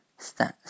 stats